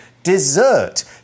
Dessert